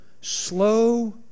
Slow